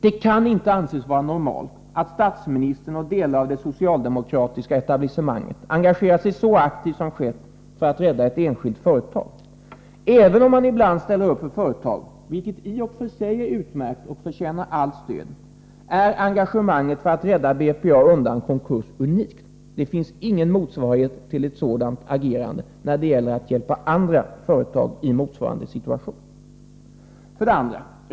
Det kan inte anses vara normalt att statsministern och delar av det socialdemokratiska etablissemanget engagerar sig så aktivt som skett för att rädda ett enskilt företag. Även om man ibland ställer upp för företag — vilket i och för sig är utmärkt och förtjänar allt stöd — är engagemanget för att rädda BPA undan konkurs unikt; det finns inte någon motsvarighet till ett sådant agerande när det gäller att hjälpa andra företag i motsvarande situation. 2.